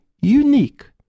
unique